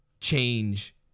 change